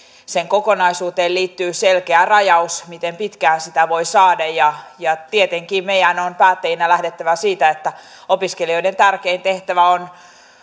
sen kokonaisuuteen liittyy selkeä rajaus miten pitkään sitä voi saada ja ja tietenkin meidän on päättäjinä lähdettävä siitä että opiskelijoiden tärkein tehtävä on